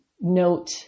note